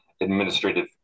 administrative